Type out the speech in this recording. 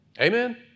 Amen